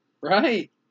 Right